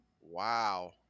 Wow